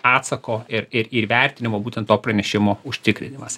atsako ir ir ir įvertinimo būtent to pranešimo užtikrinimas